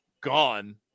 gone –